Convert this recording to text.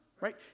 right